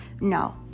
no